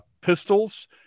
pistols